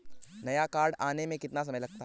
नया कार्ड आने में कितना समय लगता है?